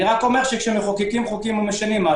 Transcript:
רק כשמחוקקים חוקים ומשנים,